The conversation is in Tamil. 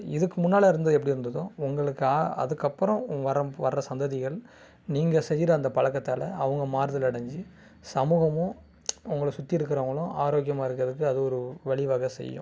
இதுக்கு முன்னால் இருந்தது எப்படி இருந்ததோ உங்களுக்கு அதுக்கு அப்புறம் வர வர சந்ததிகள் நீங்கள் செய்கிற அந்த பழக்கத்தால அவங்க மாறுதல் அடைஞ்சி சமூகமும் உங்களை சுற்றி இருக்கிறவங்களும் ஆரோக்கியமாக இருக்கிறதுக்கு அது ஒரு வழி வகை செய்யும்